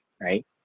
right